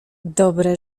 dobre